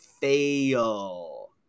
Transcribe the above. fail